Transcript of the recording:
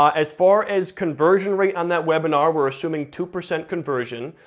ah as far as conversion rate on that webinar, we're assuming two percent conversion,